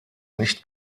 nicht